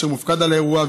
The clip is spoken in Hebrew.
שמופקד על האירוע,